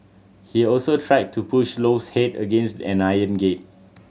he also tried to push Low's head against an iron gate